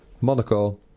Monaco